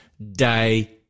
day